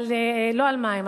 לא על מים,